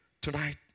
Tonight